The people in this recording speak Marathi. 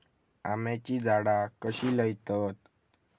आम्याची झाडा कशी लयतत?